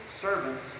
servants